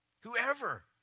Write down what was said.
Whoever